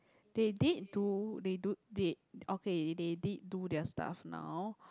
they did do they do they okay they did do their stuff now